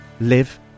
live